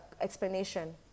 explanation